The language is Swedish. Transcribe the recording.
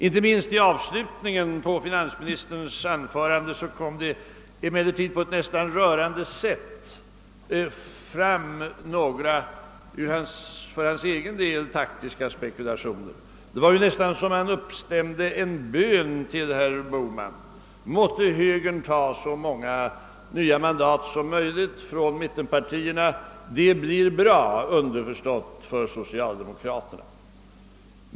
Inte minst i avslutningen på finansministerns anförande kom det emellertid på ett nästan rörande sätt fram några för hans egen del taktiska spekulationer. Han praktiskt taget uppstämde en bön till herr Bohman: Måtte högern ta så många mandat som möj ligt från mittenpartierna! Underförstått: det blir bra för socialdemokraterna.